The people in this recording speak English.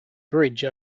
bridge